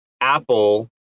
Apple